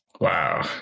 Wow